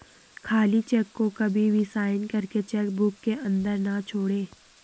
खाली चेक को कभी भी साइन करके चेक बुक के अंदर न छोड़े